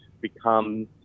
becomes